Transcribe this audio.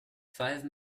five